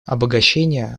обогащение